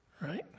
Right